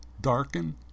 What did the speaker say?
Darken